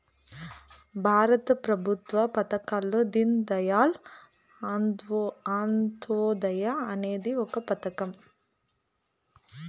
భారత ప్రభుత్వ పథకాల్లో దీన్ దయాళ్ అంత్యోదయ అనేది ఒక పథకం